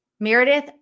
Meredith